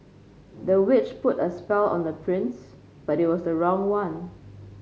the witch put a spell on the prince but it was the wrong one